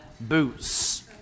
boots